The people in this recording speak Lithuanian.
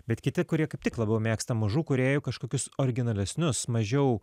bet kiti kurie kaip tik labiau mėgsta mažų kūrėjų kažkokius originalesnius mažiau